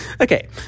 Okay